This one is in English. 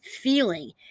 feeling